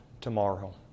tomorrow